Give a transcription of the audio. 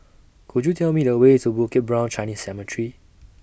Could YOU Tell Me The Way to Bukit Brown Chinese Cemetery